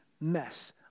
mess